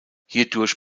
hierdurch